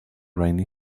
rainy